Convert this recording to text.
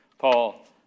Paul